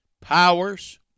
powers